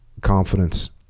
confidence